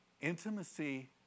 Intimacy